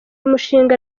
umushinga